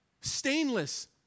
stainless